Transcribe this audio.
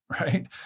right